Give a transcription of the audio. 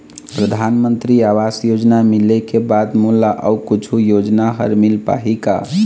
परधानमंतरी आवास योजना मिले के बाद मोला अऊ कुछू योजना हर मिल पाही का?